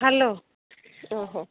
hello ଓହୋ